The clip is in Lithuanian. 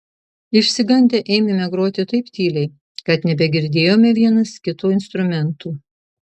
išsigandę ėmėme groti taip tyliai kad nebegirdėjome vienas kito instrumentų